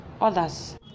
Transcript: others